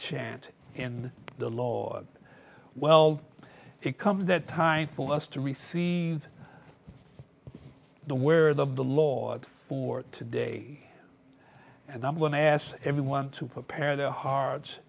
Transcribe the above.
chant and the lord well it comes that time for us to receive the word of the lord for today and i'm going to ask everyone to prepare their hearts